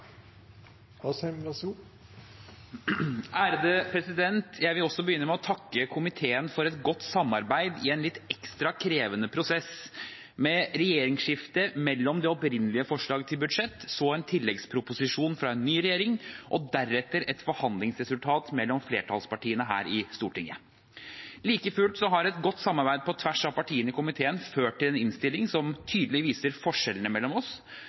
Jeg vil også begynne med å takke komiteen for et godt samarbeid i en litt ekstra krevende prosess – med regjeringsskifte etter det opprinnelige forslaget til budsjett, så en tilleggsproposisjon fra en ny regjering og deretter et forhandlingsresultat mellom flertallspartiene her i Stortinget. Like fullt har godt samarbeid på tvers av partiene i komiteen ført til en innstilling som tydelig viser forskjellene mellom oss